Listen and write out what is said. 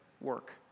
work